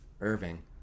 Irving